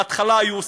בהתחלה היו ספורט,